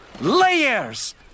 layers